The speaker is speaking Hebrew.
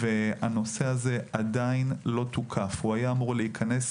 הנושא הזה עדין לא תוקף, הוא היה אמור להיכנס